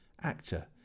actor